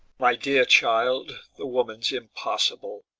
my dear child, the woman's impossible.